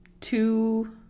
two